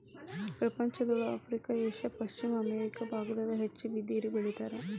ಪ್ರಪಂಚದೊಳಗ Africa Asia ಪಶ್ಚಿಮ America ಬಾಗದಾಗ ಹೆಚ್ಚ ಬಿದಿರ ಬೆಳಿತಾರ